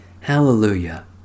Hallelujah